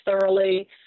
thoroughly